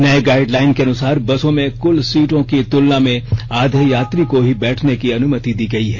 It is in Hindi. नये गाइडलाइन के अनुसार बसों में कुल सीटों की तुलना में आधे यात्री को ही बैठने की अनुमति दी गयी है